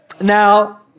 Now